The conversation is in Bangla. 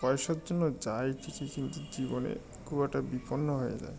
পয়সার জন্য যায় ঠিকই কিন্তু জীবনে খুব একটা বিপন্ন হয়ে যায়